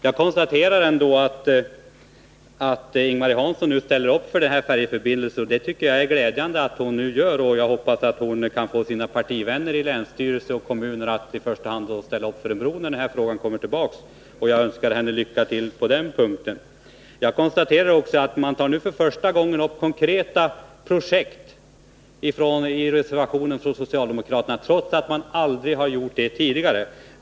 Jag konstaterar ändå att Ing-Marie Hansson nu ställer upp för den här färjeförbindelsen, och det tycker jag är glädjande. Hoppas att hon kan få sina Nr 52 partivänner i länsstyrelse och kommuner att i första hand ställa upp för en bro när denna fråga kommer tillbaka. Jag önskar henne lycka till på den punkten. Jag konstaterar också att man nu för första gången tar upp konkreta projekt i de socialdemokratiska motionerna, trots att man aldrig gjort det tidigare.